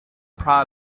proud